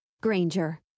Granger